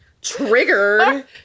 Trigger